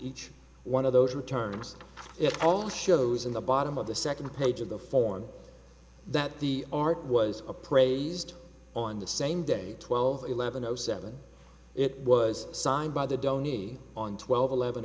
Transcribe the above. each one of those returns it all shows in the bottom of the second page of the form that the art was appraised on the same day twelve eleven zero seven it was signed by the don't e on twelve eleven